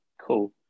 cool